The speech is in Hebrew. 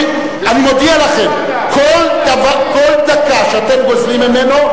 אני מודיע לכם: כל דקה שאתם גוזלים ממנו,